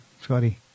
Scotty